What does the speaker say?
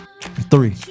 three